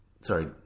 sorry